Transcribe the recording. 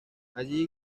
allí